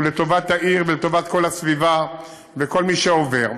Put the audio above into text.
שהוא לטובת העיר ולטובת כל הסביבה וכל מי שעובר.